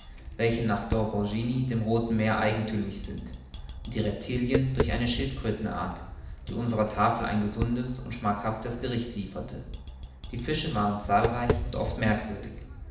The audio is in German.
welche nach d'orbigny dem rothen meere eigenthümlich sind und die reptilien durch eine schildkrötenart die unserer tafel ein gesundes und schmackhaftes gericht lieferte die fische waren zahlreich und oft merkwürdig